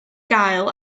gael